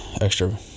extra